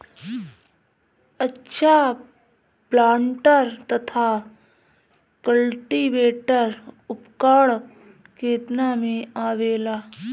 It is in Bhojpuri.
अच्छा प्लांटर तथा क्लटीवेटर उपकरण केतना में आवेला?